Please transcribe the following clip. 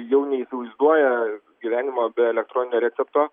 jau neįsivaizduoja gyvenimo be elektroninio recepto